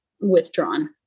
withdrawn